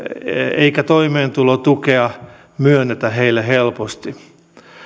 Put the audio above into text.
eikä toimeentulotukea myönnetä heille helposti